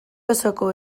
osoko